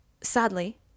sadly